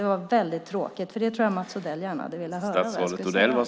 Det var tråkigt, för jag tror att Mats Odell gärna hade velat höra vad jag tänkt säga.